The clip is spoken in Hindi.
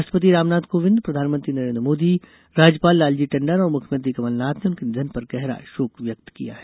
राष्ट्रपति रामनाथ कोविंद प्रधानमंत्री नरेन्द्र मोदी राज्यपाल लालजी टंडन और मुख्यमंत्री कमलनाथ ने उनके निधन पर गहरा शोक व्यक्त किया है